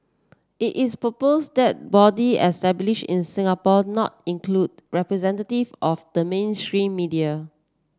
it is proposed that body established in Singapore not include representative of the mainstream media